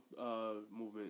movement